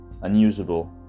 unusable